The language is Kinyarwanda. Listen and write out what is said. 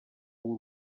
w’u